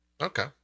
okay